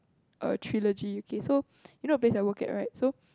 err trilogy you K so you know the place I work at right so